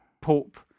Pope